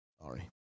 Sorry